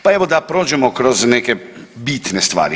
Pa evo, da prođemo kroz neke bitne stvari.